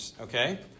okay